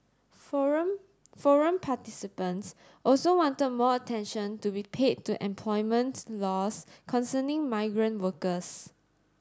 forum forum participants also want more attention to be paid to employment laws concerning migrant workers